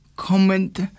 Comment